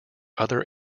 other